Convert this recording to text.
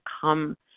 come